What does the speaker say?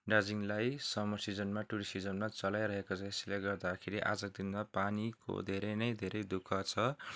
दार्जिलिङलाई समर सिजनमा टुरिस्ट सिजनमा चलाइरहेका छन् जसले गर्दाखेरि आजको दिनमा पानीको धेरै नै धेरै दुःख छ